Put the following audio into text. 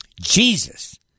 Jesus